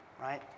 right